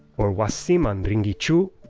or wasiman rinkichu?